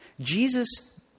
Jesus